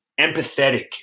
empathetic